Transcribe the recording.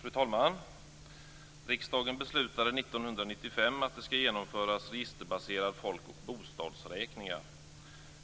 Fru talman! Riksdagen beslutade år 1995 att det ska genomföras registerbaserade folk och bostadsräkningar.